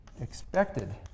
expected